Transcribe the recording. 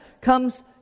comes